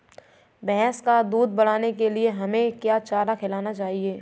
भैंस का दूध बढ़ाने के लिए हमें क्या चारा खिलाना चाहिए?